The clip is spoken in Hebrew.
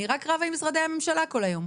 אני רק רבה עם משרדי הממשלה כל היום,